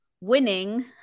winning